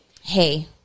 hey